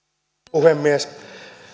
puhemies